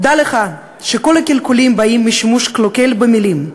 "דע לך שכל הקלקולים באים משימוש קלוקל במילים.